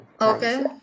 Okay